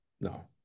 no